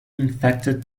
infected